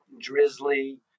Drizzly